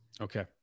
okay